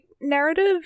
narrative